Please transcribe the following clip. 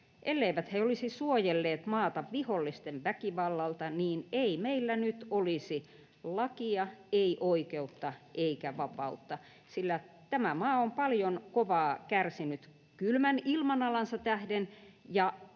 Elleivät he olisi suojelleet maata vihollisten väkivallalta, niin ei meillä nyt olisi lakia, ei oikeutta eikä vapautta. Sillä tämä maa on paljon kovaa kärsinyt kylmän ilmanalansa tähden